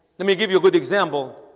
let me give you a good example.